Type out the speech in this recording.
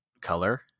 color